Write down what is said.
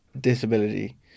disability